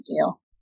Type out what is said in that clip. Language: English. deal